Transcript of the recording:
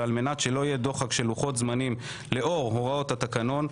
ועל מנת שלא יהיה דוחק של לוחות זמנים לאור הוראות התקנון,